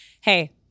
hey